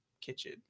Kitchen